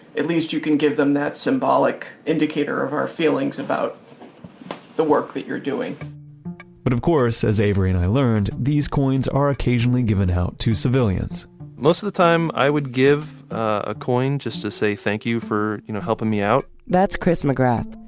at least you can give them that symbolic indicator of our feelings about the work that you're doing but of course, as avery and i learned, these coins are occasionally given out to civilians most of the time i would give a coin just to say, thank you for you know helping me out. that's chris mcgrath.